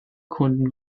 kunden